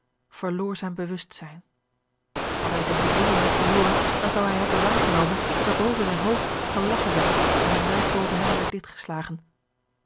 verloor zijn bewustzijn hadde hij zijne bezinning niet verloren dan zou hij hebben waargenomen dat er boven zijn hoofd gelagchen werd en een luik boven hem werd digt geslagen